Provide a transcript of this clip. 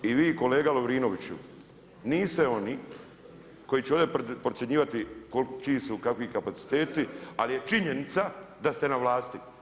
I vi kolega Lovrinoviću, niste oni koji će ovdje procjenjivati čiji su kakvi kapaciteti ali je činjenica da ste na vlasti.